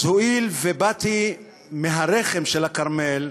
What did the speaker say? אז הואיל ובאתי מהרחם של הכרמל,